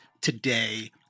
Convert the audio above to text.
today